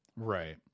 Right